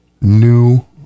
new